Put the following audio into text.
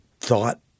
thought